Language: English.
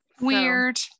weird